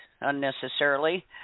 unnecessarily